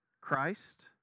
Christ